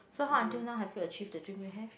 so how until now have you achieve the dream you have yet